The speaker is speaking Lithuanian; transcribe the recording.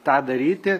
tą daryti